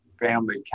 family